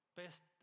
best